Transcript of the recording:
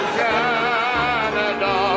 canada